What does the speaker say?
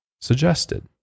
suggested